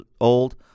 old